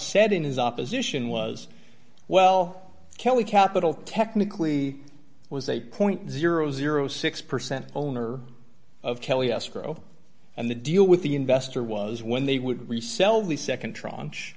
said in his opposition was well kelly capital technically was eight point zero zero six percent owner of kelley escrow and the deal with the investor was when they would resell the nd tranch